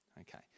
Okay